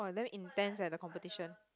!wah! very intense leh the competition